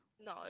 no